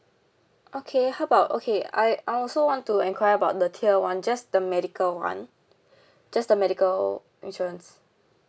okay how about okay I I also want to enquire about the tier one just the medical [one] just the medical insurance